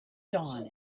dawn